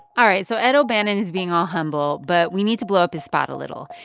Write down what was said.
all right. so ed o'bannon is being all humble, but we need to blow up his spot a little.